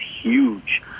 huge